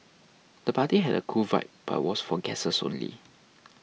the party had a cool vibe but was for guests only